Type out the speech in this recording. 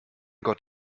gott